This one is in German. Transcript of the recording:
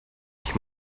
ich